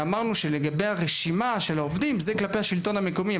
לגבי הרשימה של העובדים אמרנו שזה כלפי השלטון המקומי.